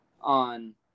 on